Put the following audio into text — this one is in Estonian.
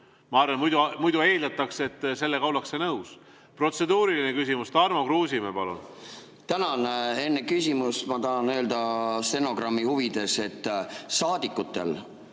Ma arvan, et muidu eeldatakse, et sellega ollakse nõus. Protseduuriline küsimus, Tarmo Kruusimäe, palun! Tänan! Enne küsimust ma tahan öelda stenogrammi huvides, et saadikutel